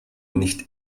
nicht